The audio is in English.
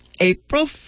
April